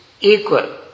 equal